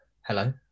hello